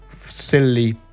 silly